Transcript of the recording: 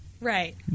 Right